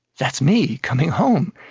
that's me coming home.